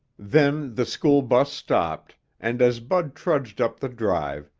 then the school bus stopped, and as bud trudged up the drive,